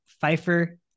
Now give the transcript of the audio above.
Pfeiffer